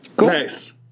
Nice